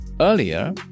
earlier